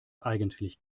eigentlich